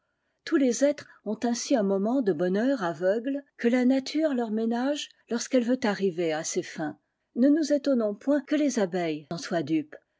tous les êtres ont ainsi un moment de bonheur aveugle que la nature leur ménage lorsqu'elle veut arriver à ses fin ne nous étonnons point que les abeilles en soient dupes